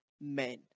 men